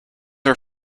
her